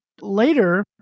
later